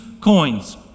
coins